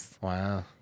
Wow